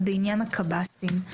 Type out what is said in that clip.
ובעניין הקב"סים.